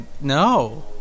No